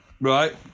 Right